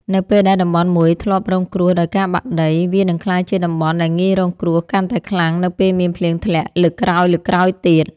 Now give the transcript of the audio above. នៅពេលដែលតំបន់មួយធ្លាប់រងគ្រោះដោយការបាក់ដី វានឹងក្លាយជាតំបន់ដែលងាយរងគ្រោះកាន់តែខ្លាំងនៅពេលមានភ្លៀងធ្លាក់លើកក្រោយៗទៀត។